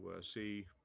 see